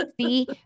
See